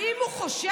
האם הוא חושש?